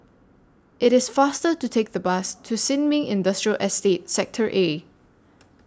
IT IS faster to Take The Bus to Sin Ming Industrial Estate Sector A